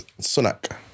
Sunak